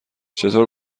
چطور